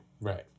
right